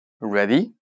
Ready